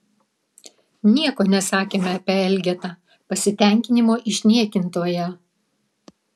nieko nesakėme apie elgetą pasitenkinimo išniekintoją